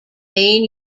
main